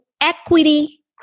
equity